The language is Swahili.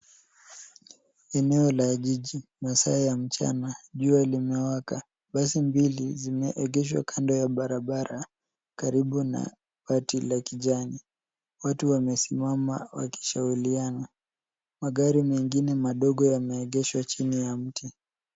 Eneo la jiji, masaa ya mchana jua limewaka. Basi mbili zimeegeshwa kando ya barabara karibu na bati la kijani. Watu wamesimama wakishauriana. Magari mengine madogo yameegeshwa chini ya mti.